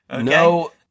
No